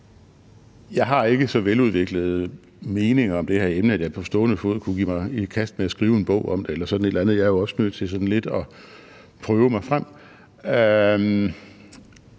Jeg har ikke så veludviklede meninger om det her emne, at jeg på stående fod kunne give mig i kast med at skrive en bog om det eller sådan et eller andet – jeg er også nødt til sådan lidt at prøve mig frem.